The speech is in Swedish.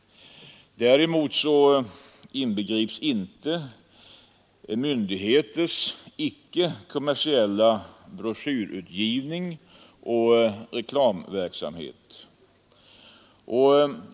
Däremot inbegrips inte myndigheters icke-k ommersiella broschyrutgivning och reklamverksamhet.